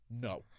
No